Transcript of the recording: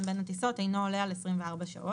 בין הטיסות אינו עולה על 24 שעות."